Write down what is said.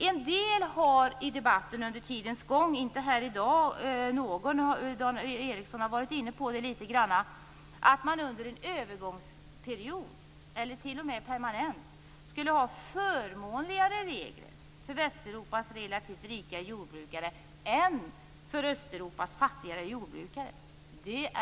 En del har under tidens gång i debatten - i dag har Dan Ericsson litet grand berört det - varit inne på att man under en övergångsperiod, eller t.o.m. permanent, skulle ha förmånligare regler för Västeuropas relativt rika jordbrukare än för Östeuropas fattigare jordbrukare.